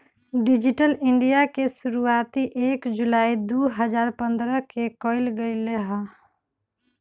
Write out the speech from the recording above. digital India के शुरुआती एक जुलाई दु हजार पन्द्रह के कइल गैले हलय